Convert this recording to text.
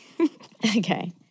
Okay